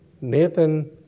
Nathan